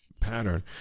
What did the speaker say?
pattern